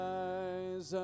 eyes